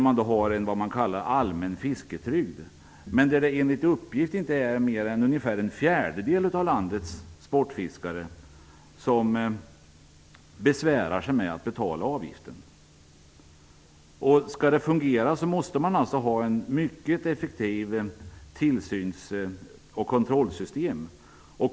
Man har där en s.k. ''almen fisketrygd''. Enligt uppgift är det inte mer än ungefär en fjärdedel av landets sportfiskare som besvärar sig med att betala avgiften. För att en avgift skall fungera måste man ha ett mycket effektivt tillsyns och kontrollsystem.